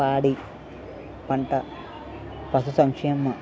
పాడి పంట పశుసంక్షేమ